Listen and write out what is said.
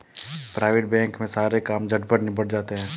private bank में सारे काम झटपट निबट जाते हैं